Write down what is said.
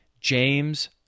James